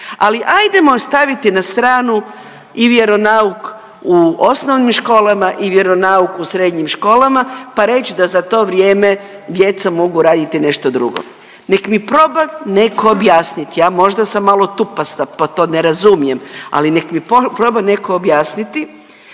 ali ajdemo staviti na stranu i vjeronauk u osnovnim školama i vjeronauk u srednjim školama pa reć da za to vrijeme mogu raditi nešto drugo. Neki mi proba neko objasniti, ja možda sam malo tupasta pa to ne razumijem, ali nek mi proba neko objasniti,